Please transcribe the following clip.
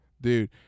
Dude